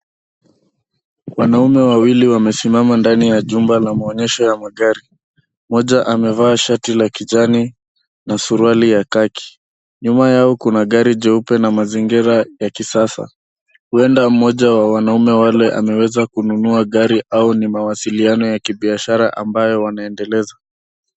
Wanaume wawili wamesimama ndani ya jumba la maonyesho ya magari mmoja amevaa shati la kijani na suruali ya kaki Nyuma yao kuna gari jeupe na mazingira ya kisasa. Huenda mmoja wa wanaume wale ameweza kununua gari au ni mawasiliano ya kibiashara ambayo wanaendeleza.